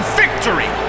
victory